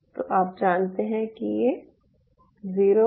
तो आप जानते हैं कि ये ज़ीरो है